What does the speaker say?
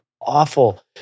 awful